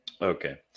Okay